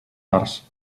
arts